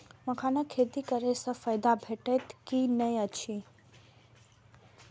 मखानक खेती करे स फायदा भेटत की नै अछि?